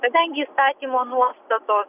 kadangi įstatymo nuostatos